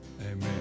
Amen